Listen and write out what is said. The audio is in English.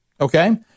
Okay